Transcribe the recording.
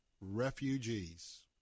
refugees